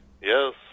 Yes